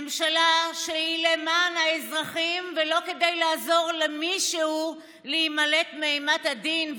ממשלה שהיא למען האזרחים ולא כדי לעזור למישהו להימלט מאימת הדין,